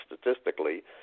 statistically